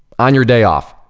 on your day off,